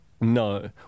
No